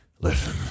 Listen